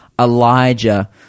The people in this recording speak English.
Elijah